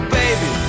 baby